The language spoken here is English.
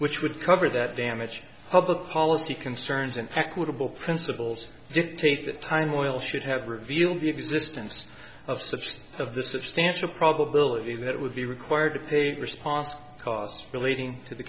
which would cover that damage public policy concerns and equitable principles dictate that time oil should have revealed the existence of substance of the substantial probability that it would be required to pay the response costs relating to the